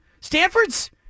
Stanford's